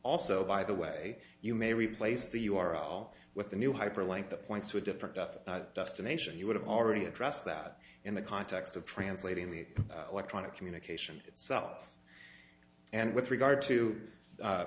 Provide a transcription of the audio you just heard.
also by the way you may replace the you are all with the new hyperlink that points to a different destination you would have already addressed that in the context of translating the electronic communication itself and with regard to